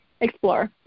explore